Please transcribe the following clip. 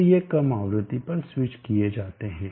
तो ये कम आवृत्ति पर स्विच किए जाते हैं